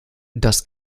das